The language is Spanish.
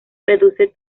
reduce